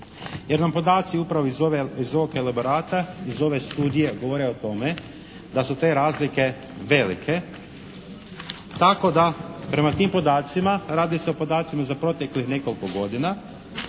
jer nam podaci upravo iz ovog elaborata, iz ove studije govore o tome da su te razlike velike tako da prema tim podacima, radi se o podacima za proteklih nekoliko godina.